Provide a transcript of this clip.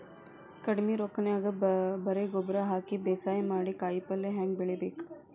ಕಡಿಮಿ ರೊಕ್ಕನ್ಯಾಗ ಬರೇ ಗೊಬ್ಬರ ಹಾಕಿ ಬೇಸಾಯ ಮಾಡಿ, ಕಾಯಿಪಲ್ಯ ಹ್ಯಾಂಗ್ ಬೆಳಿಬೇಕ್?